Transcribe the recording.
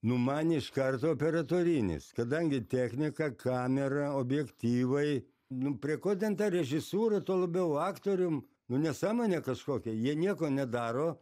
nu man iš karto operatorinis kadangi technika kamera objektyvai nu prie ko ten ta režisūra tuo labiau aktorium nu nesąmonė kažkokia jie nieko nedaro